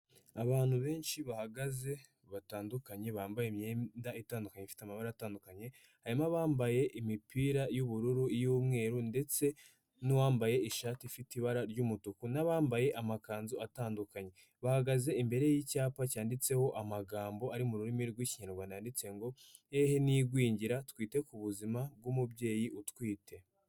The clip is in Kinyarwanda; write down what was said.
Abantu benshi bahagaze batandukanye bambaye imyenda itandukanye, ifite amabara atandukanye, harimo abambaye imipira y'ubururu, iy'umweru ndetse n'uwambaye ishati ifite ibara ry'umutuku, n'abambaye amakanzu atandukanye. Bahagaze imbere y'icyapa cyanditseho amagambo ari mu rurimi rw'ikinyarwanda yanditse ngo hehe n'igwingira twite ku buzima bw'umubyeyi utwite.